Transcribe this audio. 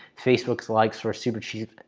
facebook likes for super cheap.